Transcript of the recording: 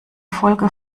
folge